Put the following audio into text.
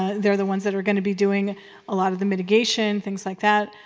they're the ones that are going to be doing a lot of the mitigation, things like that.